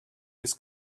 his